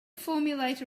formulate